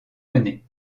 menées